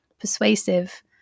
persuasive